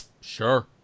sure